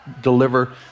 deliver